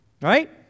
Right